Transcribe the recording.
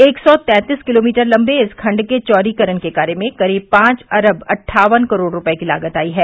एक सौ तैंतीस किलोमीटर लंबे इस खंड के चौड़ीकरण के कार्य में करीब पांच अरब अट्ठावन करोड़ रुपये की लागत आई है